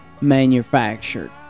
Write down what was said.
Manufactured